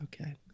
Okay